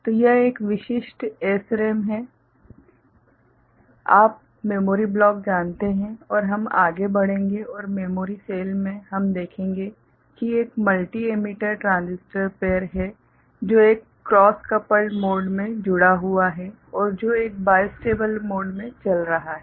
तो यह एक विशिष्ट SRAM है आप मेमोरी ब्लॉक जानते हैं और हम आगे बढ़ेंगे और मेमोरी सेल में हम देखेंगे कि एक मल्टी एमिटर ट्रांजिस्टर पेर है जो एक क्रॉस कपल्ड मोड में जुड़ा हुआ है और जो एक बाइस्टेबल मोड में चल रहा है